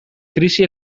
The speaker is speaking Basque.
krisi